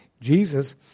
Jesus